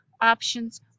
options